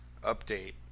update